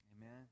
amen